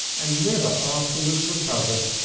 and never afterwards recovered.